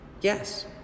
Yes